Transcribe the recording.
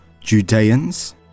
Judeans